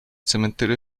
cementerio